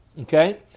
Okay